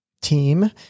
team